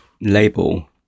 label